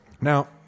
Now